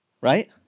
Right